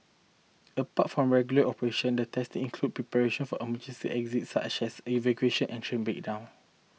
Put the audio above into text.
apart from regular operation the testing include preparation for emergency exists such as evacuation and train breakdown